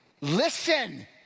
listen